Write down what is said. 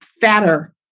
fatter